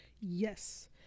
Yes